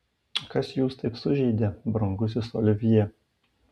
kas jūs taip sužeidė brangusis olivjė